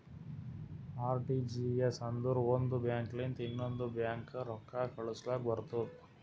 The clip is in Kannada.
ಆರ್.ಟಿ.ಜಿ.ಎಸ್ ಅಂದುರ್ ಒಂದ್ ಬ್ಯಾಂಕ್ ಲಿಂತ ಇನ್ನೊಂದ್ ಬ್ಯಾಂಕ್ಗ ರೊಕ್ಕಾ ಕಳುಸ್ಲಾಕ್ ಬರ್ತುದ್